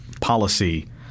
policy